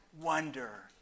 wonder